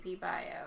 Bio